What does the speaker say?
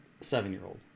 seven-year-old